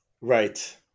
Right